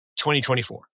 2024